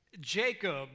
Jacob